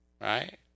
Right